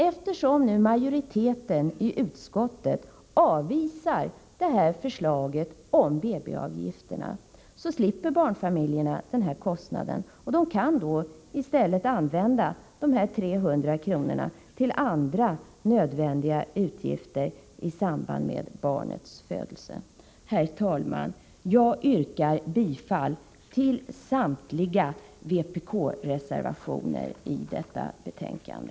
Eftersom nu majoriteten i utskottet avvisar det här förslaget om BB avgifterna slipper barnfamiljerna den kostnaden och kan i stället använda sina 300 kr. till andra nödvändiga utgifter i samband med barnets födelse. Herr talman! Jag yrkar bifall till samtliga vpk-reservationer vid detta betänkande.